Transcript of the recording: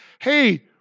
hey